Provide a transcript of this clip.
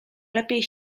lepiej